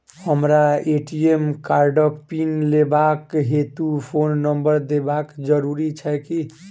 हमरा ए.टी.एम कार्डक पिन लेबाक हेतु फोन नम्बर देबाक जरूरी छै की?